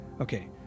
okay